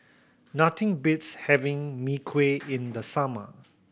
nothing beats having Mee Kuah in the summer